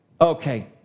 Okay